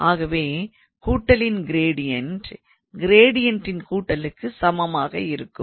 ஆகவே கூட்டலின் க்ரேடியன்ட் க்ரேடியன்ட்டின் கூட்டலுக்கு சமமாக இருக்கும்